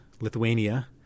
Lithuania